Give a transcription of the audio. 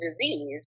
disease